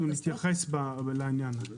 אנחנו נתייחס לעניין הזה.